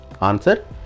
Answer